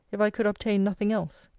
if i could obtain nothing else.